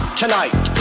tonight